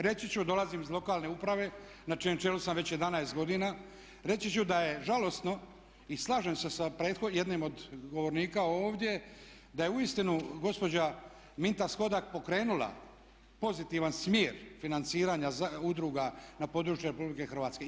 Reći ću, dolazim iz lokalne uprave na čijem čelu sam već 11 godina, reći ću da je žalosno i slažem se sa jednim od govornika ovdje, da je uistinu gospođa Mintas-Hodak pokrenula pozitivan smjer financiranja udruga na području Republike Hrvatske.